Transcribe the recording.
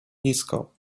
nisko